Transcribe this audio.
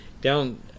Down